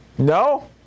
No